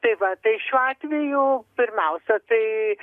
tai va tai šiuo atveju pirmiausia tai